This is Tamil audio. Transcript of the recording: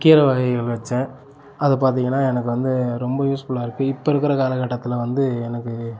கீரை வகைகள் வைச்சேன் அது பார்த்திங்கனா எனக்கு வந்து ரொம்ப யூஸ்ஃபுல்லாக இருக்கு இப்போ இருக்கிற காலக்கட்டத்தில் வந்து எனக்கு